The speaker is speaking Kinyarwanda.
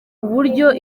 buryo